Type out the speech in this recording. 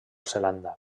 zelanda